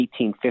1850